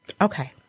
Okay